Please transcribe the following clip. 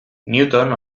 newton